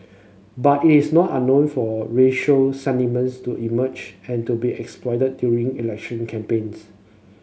but it is not unknown for racial sentiments to emerge and to be exploited during election campaigns